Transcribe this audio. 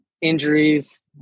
injuries